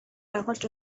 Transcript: байгуулж